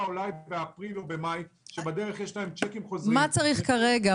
אולי באפריל או במאי וכרגע הצ'קים שלהם חוזרים --- מה צריך כרגע.